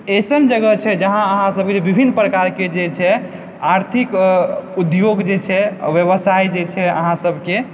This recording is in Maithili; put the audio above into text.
एसन जगह छै जहाँ अहाँसभके विभिन्न प्रकारके जे छै आर्थिक उद्योग जे छै व्यवसाय जे छै अहाँसभके